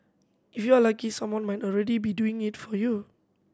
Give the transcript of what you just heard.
you are lucky someone might already be doing it for you